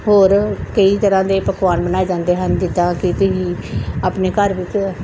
ਹੋਰ ਕਈ ਤਰ੍ਹਾਂ ਦੇ ਪਕਵਾਨ ਬਣਾਏ ਜਾਂਦੇ ਹਨ ਜਿੱਦਾਂ ਕਿ ਤੁਸੀਂ ਆਪਣੇ ਘਰ ਵਿੱਚ